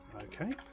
Okay